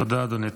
תודה, אדוני.